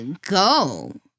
go